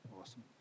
Awesome